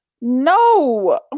No